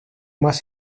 más